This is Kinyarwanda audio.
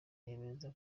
yemeza